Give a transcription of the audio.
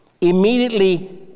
Immediately